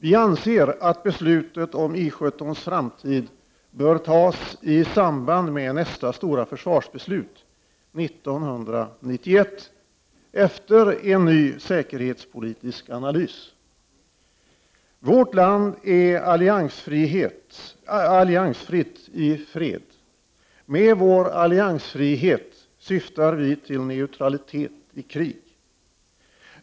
Vi anser att beslutet om I17:s framtid bör fattas i samband med nästa stora försvarsbeslut 1991, efter en ny säkerhetspolitisk analys. Vårt land är alliansfritt i fred. Med vår alliansfrihet syftar vi till neutralitet i krig.